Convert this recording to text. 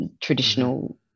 traditional